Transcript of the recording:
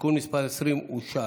תיקון מס' 20 אושר.